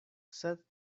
sed